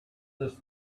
this